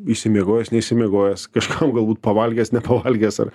išsimiegojęs neišsimiegojęs kažkam galbūt pavalgęs nepavalgęs ar